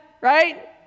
right